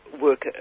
work